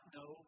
no